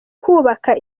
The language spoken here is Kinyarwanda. kubaka